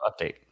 Update